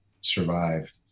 survived